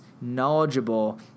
knowledgeable